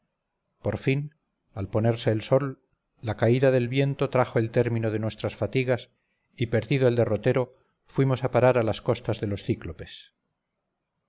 por fin al ponerse el sol la caída del viento trajo el término de nuestras fatigas y perdido el derrotero fuimos a parar a las costas de los cíclopes